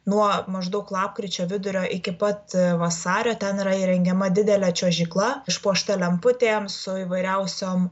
nuo maždaug lapkričio vidurio iki pat vasario ten yra įrengiama didelė čiuožykla išpuošta lemputėm su įvairiausiom